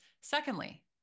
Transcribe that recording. Secondly